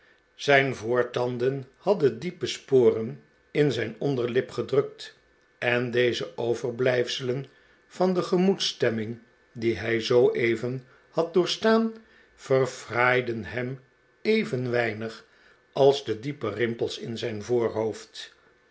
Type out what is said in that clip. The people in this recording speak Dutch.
zijn voortanden hadden diepe sporen in zijn onderlip gedrukt en deze overblijfselen van de gemoedsstemming die hij zooeven had doorstaan verfraaiden hem even weinig als de diepe rimpels in zijn voorhoofd